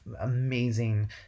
amazing